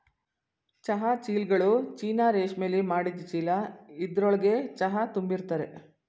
ಚಹಾ ಚೀಲ್ಗಳು ಚೀನಾ ರೇಶ್ಮೆಲಿ ಮಾಡಿದ್ ಚೀಲ ಇದ್ರೊಳ್ಗೆ ಚಹಾ ತುಂಬಿರ್ತರೆ